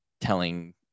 telling